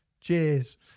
cheers